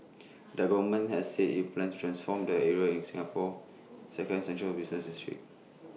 the government has said IT plans transform the area in Singapore's second central business district